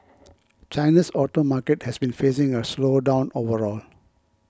china's auto market has been facing a slowdown overall